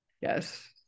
yes